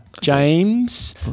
James